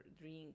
drink